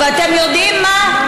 ואתם יודעים מה?